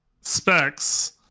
specs